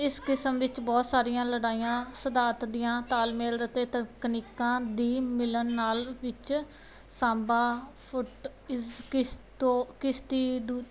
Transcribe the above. ਇਸ ਕਿਸਮ ਵਿੱਚ ਬਹੁਤ ਸਾਰੀਆਂ ਲੜਾਈਆਂ ਸਿਧਾਂਤ ਦੀਆਂ ਤਾਲਮੇਲ ਅਤੇ ਤਰੀਕਾਂ ਦੀ ਮਿਲਣ ਨਾਲ ਵਿੱਚ ਸਾਂਭਾ ਫੁੱਟ ਇਸ ਕਿਸ ਤੋਂ ਕਿਸ ਦੀ